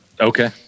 Okay